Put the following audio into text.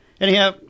Anyhow